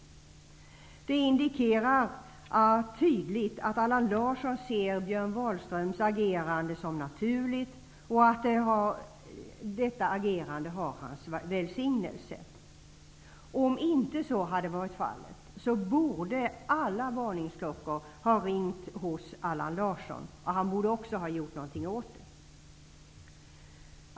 Det indikerar tydligt att Allan Larsson ser Björn Wahlströms agerande som naturligt och att detta agerande har hans välsignelse. Om så inte hade varit fallet borde alla varningsklockor ha ringt hos Allan Larsson. Han borde också ha gjort något åt det.